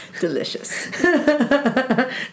Delicious